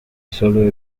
sólo